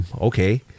Okay